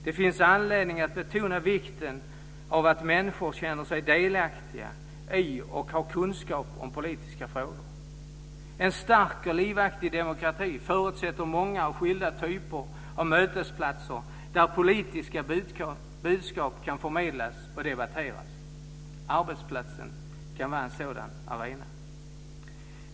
Det finns anledning att betona vikten av att människor känner sig delaktiga i och har kunskap om politiska frågor. En stark och livaktig demokrati förutsätter många och skilda typer av mötesplatser där politiska budskap kan förmedlas och debatteras. Arbetsplatsen kan vara en sådan arena.